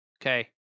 Okay